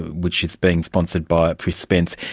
which is been sponsored by chris spence,